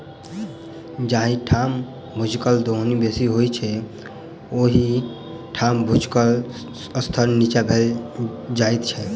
जाहि ठाम भूजलक दोहन बेसी होइत छै, ओहि ठाम भूजलक स्तर नीचाँ भेल जाइत छै